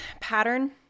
pattern